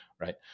Right